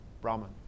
Brahman